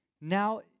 Now